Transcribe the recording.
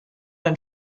and